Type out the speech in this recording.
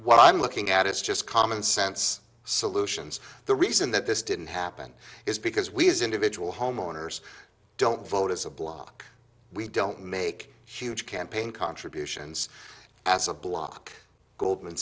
what i'm looking at is just common sense solutions the reason that this didn't happen is because we as individual homeowners don't vote as a bloc we don't make huge campaign contributions as a block goldman